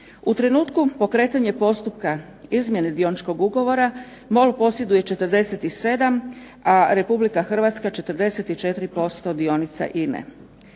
U trenutku pokretanja postupka izmjene dioničkog ugovora MOL posjeduje 47 a RH 44% dionica INA-e.